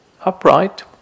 upright